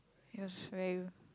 it was very